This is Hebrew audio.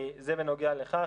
זה בנוגע לכך.